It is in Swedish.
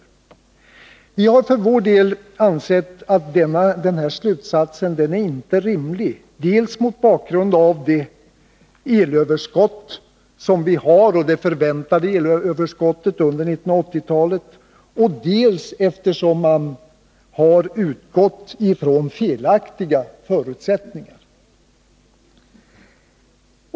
Vi har för vår del ansett att denna slutsats inte är rimlig, dels mot bakgrund av det förväntade elöverskottet under 1980-talet, dels eftersom man utgått från felaktiga förutsättningar.